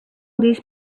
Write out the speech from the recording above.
these